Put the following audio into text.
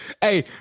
Hey